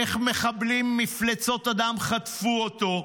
איך מחבלים מפלצות אדם חטפו אותו,